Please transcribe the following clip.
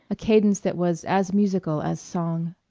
a cadence that was as musical as song.